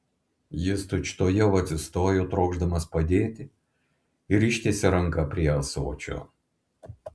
jis tučtuojau atsistojo trokšdamas padėti ir ištiesė ranką prie ąsočio